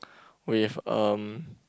with um